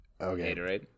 Okay